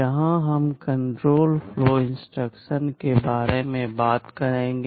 यहां हम control flow instructions के बारे में बात करेंगे